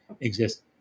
exist